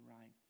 right